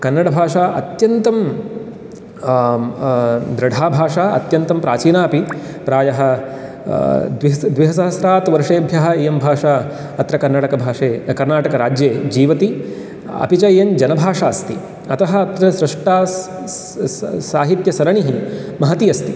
कन्नडभाषा अत्यन्तं दृढाभाषा अत्यन्तं प्राचीना अपि प्रायः द्विसहस्रात् वर्षेभ्यः इयं भाषा अत्र कन्नडभाषे कर्नाटकराज्ये जीवति अपि च इयं जनभाषास्ति अतः अत्र सृष्टा साहित्यसरणिः महती अस्ति